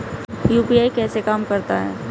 UPI कैसे काम करता है?